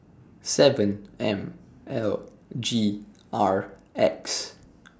seven M L G R X